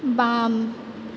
बाम